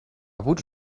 would